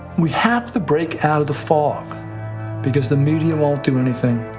we have to break out of the fog because the media won't do anything